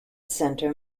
center